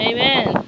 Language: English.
Amen